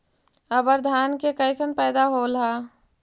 अबर धान के कैसन पैदा होल हा?